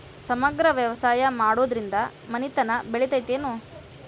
ಸಮಗ್ರ ವ್ಯವಸಾಯ ಮಾಡುದ್ರಿಂದ ಮನಿತನ ಬೇಳಿತೈತೇನು?